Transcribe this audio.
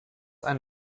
ein